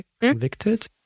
convicted